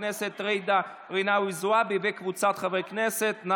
הכנסת ג'ידא רינאוי זועבי וקבוצת חברי כנסת.